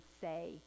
say